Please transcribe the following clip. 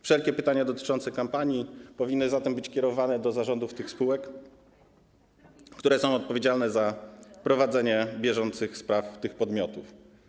Wszelkie pytania dotyczące kampanii powinny zatem być kierowane do zarządów tych spółek, które są odpowiedzialne za prowadzenie bieżących spraw tych podmiotów.